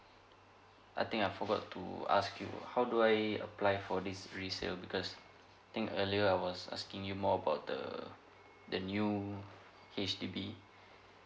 I think I forgot to ask you how do I apply for this resale because think earlier I was asking you more about the the new H_D_B